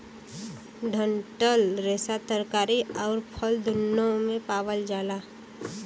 डंठल रेसा तरकारी आउर फल दून्नो में पावल जाला